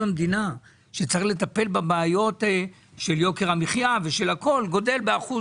המדינה שצריך לטפל בבעיות של יוקר המחייה גדל באחוז